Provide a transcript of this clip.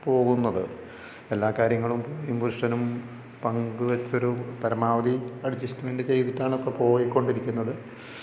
പോകുന്നത് എല്ലാ കാര്യങ്ങളും പുരുഷനും പങ്കുവെച്ച് ഒരു പരമാവധി അഡ്ജസ്മെന്റ് ചെയ്തിട്ടാണ് ഇപ്പോൾ പോയികൊണ്ടിരിക്കുന്നത്